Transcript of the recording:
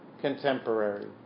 contemporary